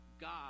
God